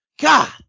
God